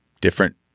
different